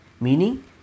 Meaning